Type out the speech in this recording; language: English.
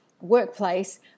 workplace